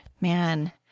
man